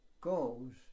goes